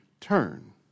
turn